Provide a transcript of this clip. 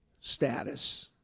status